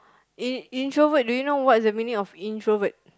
in introvert do you know what the meaning of introvert